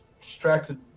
distracted